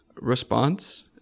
response